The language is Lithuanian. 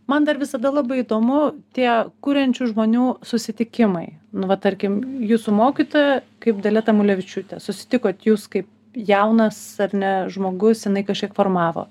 man dar visada labai įdomu tie kuriančių žmonių susitikimai nu va tarkim jūsų mokytoja kaip dalia tamulevičiūtė susitikot jūs kaip jaunas ar ne žmogus jinai kažkiek formavo